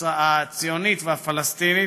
הציונית והפלסטינית,